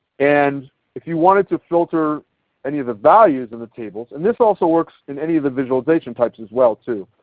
and if you wanted to filter any of the values in the table, and this also works in any of the visualization types as well too.